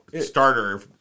starter